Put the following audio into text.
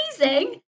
amazing